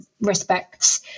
respects